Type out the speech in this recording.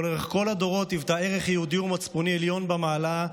ולאורך כל הדורות היוותה ערך יהודי ומצפוני ראשון במעלה,